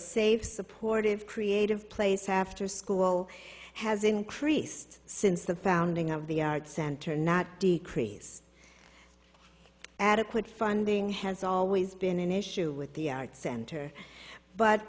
safe supportive creative place after school has increased since the founding of the art center not decrease adequate funding has always been an issue with the arts center but